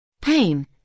Pain